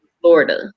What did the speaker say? Florida